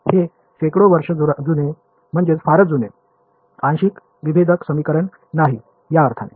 हे शेकडो वर्ष जुने म्हणजे फारच जुने आंशिक विभेदक समीकरण नाही या अर्थाने